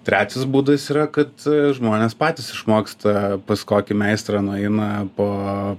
trečias būdas yra kad žmonės patys išmoksta pas kokį meistrą nueina po